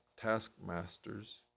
taskmasters